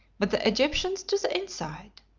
but the egyptians to the inside.